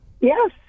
Yes